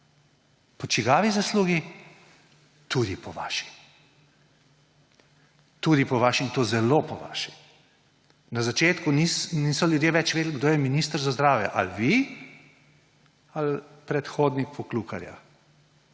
Po čigavi zaslugi? Tudi po vaši. Tudi po vaši, in to zelo po vaši. Na začetku niso ljudje več vedeli, kdo je minister za zdravje, ali vi ali predhodnik Poklukarja,